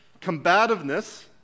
combativeness